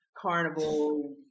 carnival